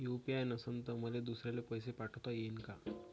UPI नसल तर मले दुसऱ्याले पैसे पाठोता येईन का?